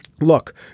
look